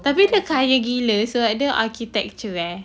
tapi dia kaya gila sebab dia architecture eh